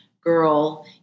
girl